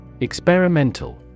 Experimental